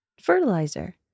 Fertilizer